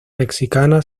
mexicana